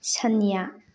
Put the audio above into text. ꯁꯟꯌꯥ